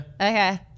Okay